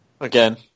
again